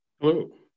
Hello